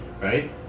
right